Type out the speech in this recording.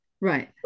right